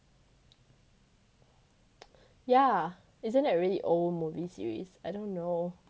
yeah isn't that really old movie series I don't know